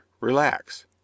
Relax